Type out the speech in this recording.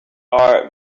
are